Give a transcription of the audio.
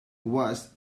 was